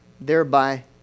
Thereby